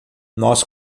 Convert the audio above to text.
nós